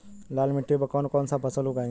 लाल मिट्टी पर कौन कौनसा फसल उगाई?